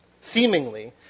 Seemingly